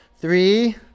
Three